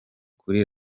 kuri